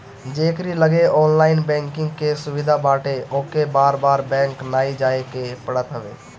जेकरी लगे online banking के सुविधा बाटे ओके बार बार बैंक नाइ जाए के पड़त हवे